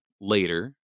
later